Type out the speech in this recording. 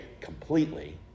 completely